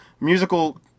Musical